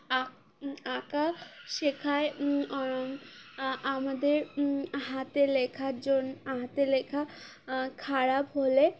আঁকা শেখায় অ আমাদের হাতে লেখার জন্য হাতে লেখা খারাপ হলে